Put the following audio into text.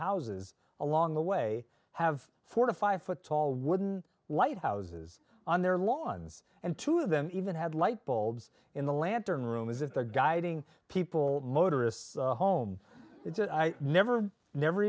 houses along the way have four to five foot tall wooden lighthouses on their lawns and two of them even had light bulbs in the lantern room is it the guiding people motorists home never never